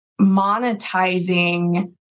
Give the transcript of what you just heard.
monetizing